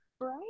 Right